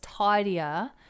tidier